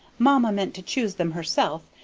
mamma meant to choose them herself,